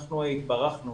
אנחנו התברכנו